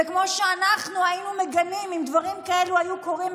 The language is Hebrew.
וכמו שאנחנו היינו מגנים אם דברים כאלה היו קורים,